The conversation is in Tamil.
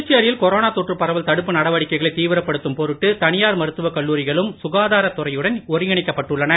புதுச்சேரியில் கொரோனா தொற்றுப் பரவல் தடுப்பு நடவடிக்கைகளைத் தீவிரப்படுத்தும் பொருட்டு தனியார் மருத்துவ கல்லூரிகளும் சுகாதாரத் துறையுடன் ஒருங்கிணைக்கப் பட்டுள்ளன